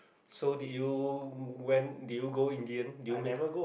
so did you went do you go in the end do you make